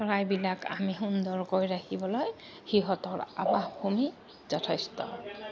প্ৰায়বিলাক আমি সুন্দৰকৈ ৰাখিবলৈ সিহঁতৰ আৱাসভূমি যথেষ্ট